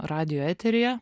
radijo eteryje